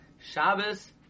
Shabbos